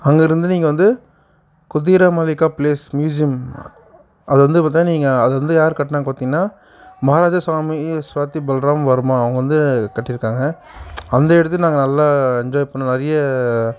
அங்கிருந்து நீங்கள் வந்து குதிரமளிக்கா பிளேஸ் மியூசியம் அது வந்து பார்த்தீங்னா நீங்கள் அது வந்து யார் கட்டினாங்கன்னு பார்த்தீங்னா மகாராஜா சுவாமி சுவாதி பல்ராம் வர்மா அவங்க வந்து கட்டியிருக்காங்க அந்த இடத்தையும் நாங்கள் நல்லா என்ஜாய் பண்ணிணோம் நிறைய